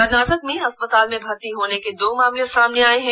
कर्नाटक में अस्पताल में भर्ती होने के दो मामले सामने आए हैं